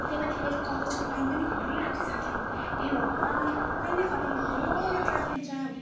अनि त्यही माथि मेरो कलेजको टाइम पनि हुनै आँटिसक्यो हे भगवान् कहिले खतम हुने हो यो ट्राफिक जाम